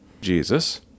Jesus